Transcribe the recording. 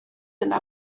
yna